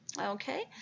Okay